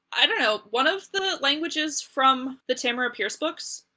i don't know, one of the languages from the tamara pierce books!